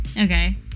Okay